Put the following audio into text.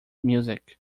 music